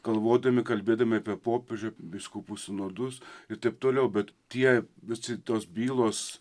galvodami kalbėdami apie popiežių vyskupų sinodus ir taip toliau bet tie visi tos bylos